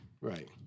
right